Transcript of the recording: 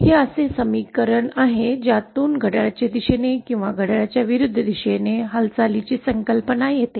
हे असे समीकरण आहे ज्यातून घड्याळाच्या दिशेने किंवा अँटीक्लॉकच्या हालचालीची संकल्पना येते